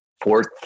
fourth